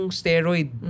steroid